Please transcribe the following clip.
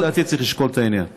לפי דעתי צריך לשקול את העניין.